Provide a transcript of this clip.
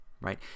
right